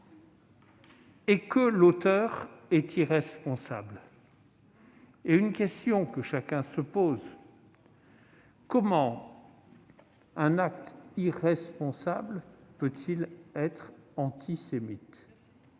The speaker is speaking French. que son auteur est irresponsable. En résulte une question que chacun se pose : comment un acte irresponsable peut-il être antisémite ?